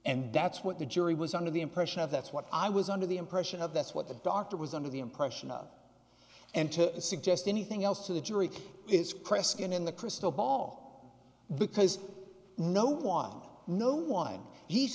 and that's what the jury was under the impression of that's what i was under the impression of that's what the doctor was under the impression of and to suggest anything else to the jury is kreskin in the crystal ball because no one no one he